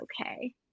okay